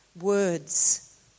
Words